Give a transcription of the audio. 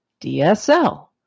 DSL